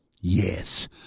Yes